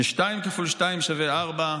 ששתיים כפול שתיים שווה ארבע,